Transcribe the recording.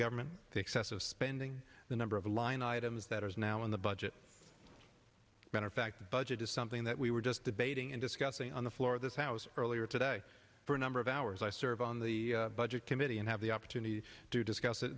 government the excessive spending the number of line items that is now in the budget matter fact budget is something that we were just debating and discussing on the floor of this house earlier today for a number of hours i serve on the budget committee and have the opportunity to discuss it